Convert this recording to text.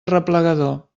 arreplegador